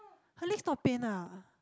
her legs not pain ah